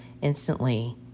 Instantly